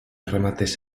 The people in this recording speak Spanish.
remates